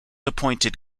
appointed